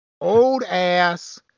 old-ass